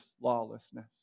lawlessness